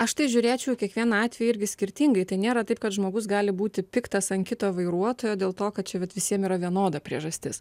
aš tai žiūrėčiau į kiekvieną atvejį irgi skirtingai tai nėra taip kad žmogus gali būti piktas ant kito vairuotojo dėl to kad čia vat visiem yra vienoda priežastis